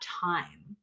time